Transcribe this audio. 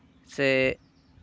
ᱥᱮ